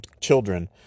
children